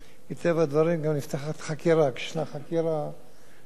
כשישנה חקירה אנחנו משתדלים לא להיכנס יותר מדי לפרטים,